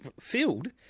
but field?